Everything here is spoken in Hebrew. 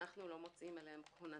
אנחנו לא מוציאים אליהן כוננים.